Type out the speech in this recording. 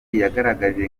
yagaragaje